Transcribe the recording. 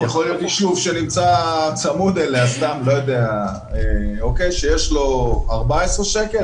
יכול להיות יישוב שנמצא צמוד אליה, שיש לו 14 שקל.